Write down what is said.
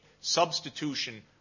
Substitution